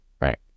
Right